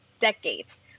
decades